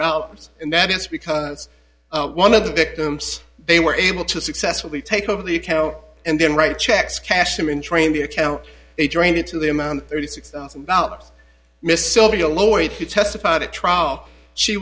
dollars and that is because it's one of the victims they were able to successfully take over the account and then write checks cash them in train the account they joined into the amount thirty six thousand dollars miss sylvia lloyd he testified at trial she